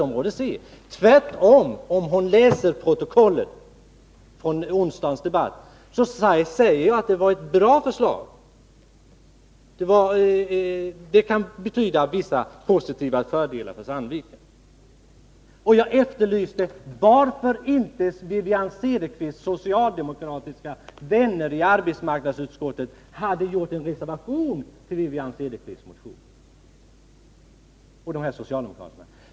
Om Wivi-Anne Cederqvist läser protokollet från onsdagens debatt, skall hon tvärtom finna att jag sade att det var ett bra förslag, som om det genomfördes skulle kunna innebära vissa fördelar för Sandviken. Jag efterlyste varför inte Wivi-Anne Cederqvists socialdemokratiska vänner i arbetsmarknadsutskottet hade reserverat sig till förmån för motionen.